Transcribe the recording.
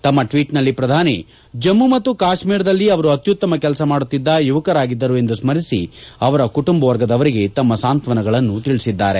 ತಮ್ಮ ಟ್ವೀಟ್ನಲ್ಲಿ ಪ್ರಧಾನಿ ಜಮ್ಮು ಮತ್ತು ಕಾಶ್ಮೀರದಲ್ಲಿ ಅವರು ಅತ್ಯುತ್ತಮ ಕೆಲಸ ಮಾಡುತ್ತಿದ್ದ ಯುವಕರಾಗಿದ್ದರು ಎಂದು ಸ್ಟರಿಸಿ ಅವರ ಕುಟುಂಬವರ್ಗದವರಿಗೆ ತಮ್ಮ ಸಾಂತ್ವನಗಳನ್ನು ತಿಳಿಸಿದ್ದಾರೆ